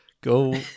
go